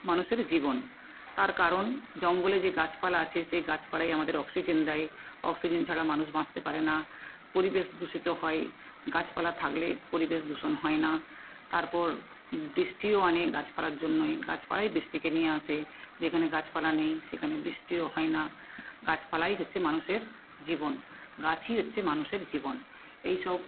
মানুষের জীবন তার কারণ জঙ্গলে যে গাছপালা আছে সেই গাছপালাই আমাদের অক্সিজেন দেয় অক্সিজেন ছাড়া মানুষ বাঁচতে পারে না পরিবেশ দূষিত হয় গাছপালা থাকলে পরিবেশ দূষণ হয় না তারপর বৃষ্টিও আনে গাছপালার জন্যই গাছপালাই বৃষ্টিকে নিয়ে আসে যেখানে গাছপালা নেই সেখানে বৃষ্টিও হয় না গাছপালাই হচ্ছে মানুষের জীবন গাছই হচ্ছে মানুষের জীবন এই সব